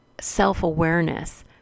self-awareness